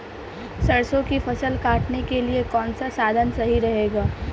सरसो की फसल काटने के लिए कौन सा साधन सही रहेगा?